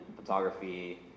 photography